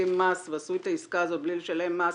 מס ועשו את העסקה הזאת בלי לשלם מס,